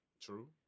True